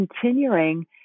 continuing